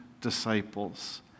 disciples